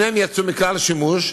שניהם יצאו מכלל שימוש.